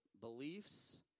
beliefs